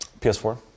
PS4